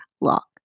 Lock